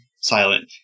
silent